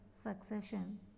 succession